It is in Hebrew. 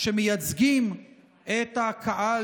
שמייצגים את הקהל